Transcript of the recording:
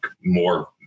more